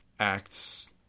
acts